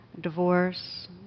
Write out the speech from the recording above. divorce